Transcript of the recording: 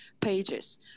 pages